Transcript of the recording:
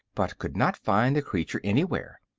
but could not find the creature anywhere.